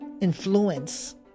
influence